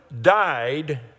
died